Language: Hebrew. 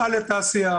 כך.